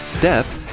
death